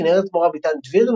כנרת זמורה-ביתן דביר,